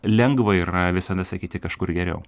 lengva yra visada sakyti kažkur geriau